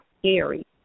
scary